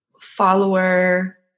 follower